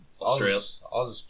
Australia